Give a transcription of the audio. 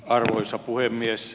arvoisa puhemies